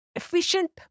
efficient